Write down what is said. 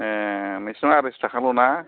ए बिसोरना आरेस' ताखाल' ना